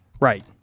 Right